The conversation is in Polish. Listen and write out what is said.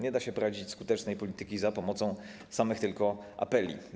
Nie da się prowadzić skutecznej polityki za pomocą samych tylko apeli.